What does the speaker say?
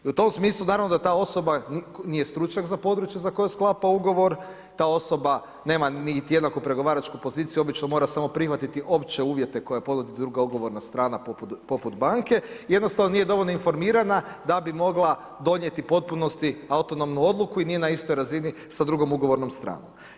I u tom smislu naravno da ta osoba nije stručnjak za područje za koje sklapa ugovor, ta osoba nema niti jednaku pregovaračku poziciju, obično mora samo prihvatiti opće uvjete koje ponudi druga ugovorna strana poput banke, jednostavno nije dovoljno informirana da bi mogla donijeti potpunosti autonomnu odluku i nije na istoj razini sa drugom ugovornom stranom.